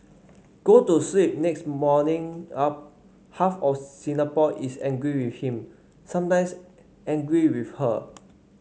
go to sleep next morning up half of Singapore is angry with him sometimes angry with her